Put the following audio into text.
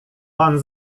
pan